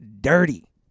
dirty